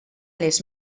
les